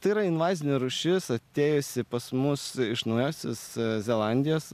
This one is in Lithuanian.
tai yra invazinė rūšis atėjusi pas mus iš naujosios zelandijos